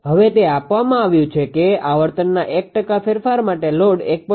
હવે તે આપવામાં આવ્યું છે કે આવર્તનના 1 ટકા ફેરફાર માટે લોડ 1